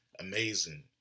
Amazing